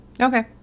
Okay